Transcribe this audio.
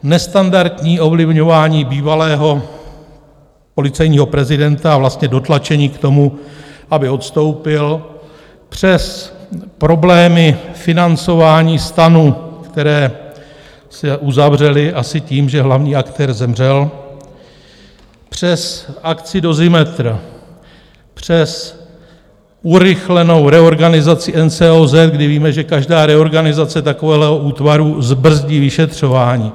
Nestandardní ovlivňování bývalého policejního prezidenta, vlastně dotlačení k tomu, aby odstoupil, přes problémy financování STANu, které se uzavřely asi tím, že hlavní aktér zemřel, přes akci Dozimetr, přes urychlenou reorganizaci NCOZ, kdy víme, že každá reorganizace takovéhoto útvaru zbrzdí vyšetřování.